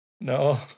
no